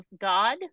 God